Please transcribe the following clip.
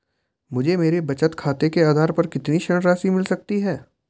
मुझे मेरे बचत खाते के आधार पर कितनी ऋण राशि मिल सकती है?